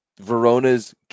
Verona's